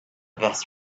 best